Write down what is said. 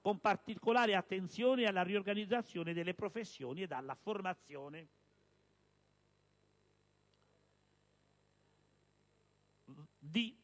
con particolare attenzione alla riorganizzazione delle professioni ed alla formazione.